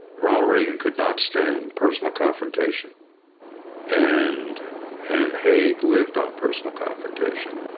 ronald reagan could not stand personal confrontation and and haig lived on personal confrontation.